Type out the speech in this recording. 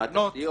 מה התשתיות?